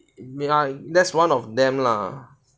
ya that's one of them lah